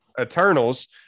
Eternals